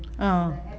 ah